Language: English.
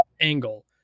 Angle